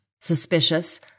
Suspicious